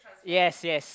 yes yes